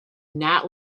not